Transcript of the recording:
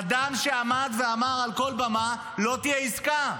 אדם שעמד על כל במה ואמר: לא תהיה עסקה.